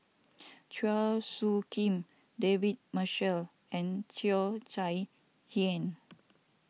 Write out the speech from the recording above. Chua Soo Khim David Marshall and Cheo Chai Hiang